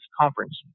conference